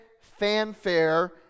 fanfare